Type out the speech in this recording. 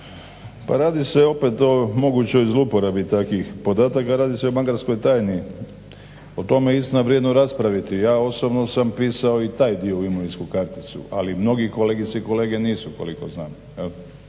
Pa radi se opet o mogućoj zlouporabi takvih podataka, radi se o bankarskoj tajni. O tome je istina vrijedno raspraviti. Ja osobno sam pisao i taj dio u imovinsku karticu, ali mnogi kolegice i kolege nisu koliko znam.